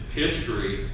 history